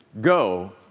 Go